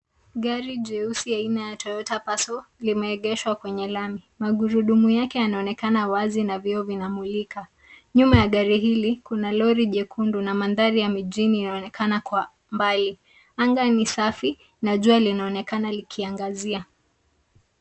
Gati jeusi aina ya Toyota Passo limeegeshwa kwenye lango. Magurudumu yake yanaonekana wazi na vioo vinamlika. Nyuma ya gari hili kuna lori jekundu na mandhari ya mjini yanaonekana kwa mbali. Anga ni safi na jua linaonekana likiangazia.